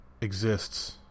exists